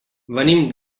venim